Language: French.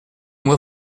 moi